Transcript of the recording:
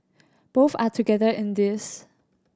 both are together in this